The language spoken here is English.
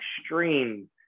extreme